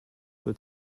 for